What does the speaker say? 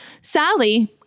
Sally